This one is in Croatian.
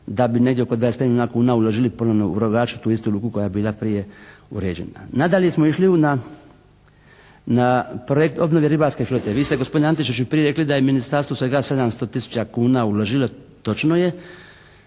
da bi negdje oko 25 milijuna kuna uložiti ponovo u Rogaču, tu istu luku koja je bila prije uređena. Nadalje smo išli na projekt obnove ribarske flote. Vi ste gospodine Antešiću prije rekli da je ministarstvo svega 700 tisuća kuna uložilo, točno je.